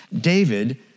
David